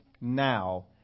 now